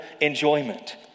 enjoyment